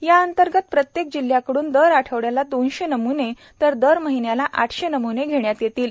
या अंतर्गत प्रत्येक जिल्ह्याकडून दर आठवड्याला दोनशे नम्ने तर दर महिन्याला आठशे नम्ने घेण्यात येतील